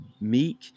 meek